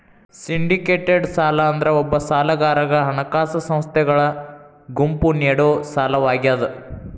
syndicated ಸಾಲ ಅಂದ್ರ ಒಬ್ಬ ಸಾಲಗಾರಗ ಹಣಕಾಸ ಸಂಸ್ಥೆಗಳ ಗುಂಪು ನೇಡೊ ಸಾಲವಾಗ್ಯಾದ